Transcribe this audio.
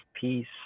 peace